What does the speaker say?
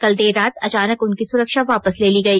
कल देर रात अचानक उनकी सुरक्षा वापस ले ली गई